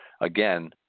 again